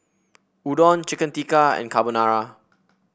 Udon Chicken Tikka and Carbonara